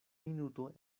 minuto